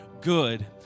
good